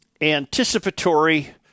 anticipatory